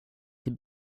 till